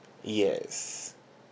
yes